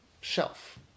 shelf